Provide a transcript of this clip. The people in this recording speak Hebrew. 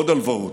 עוד הלוואות.